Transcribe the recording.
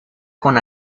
con